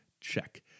Check